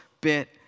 bit